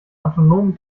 autonomen